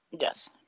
Yes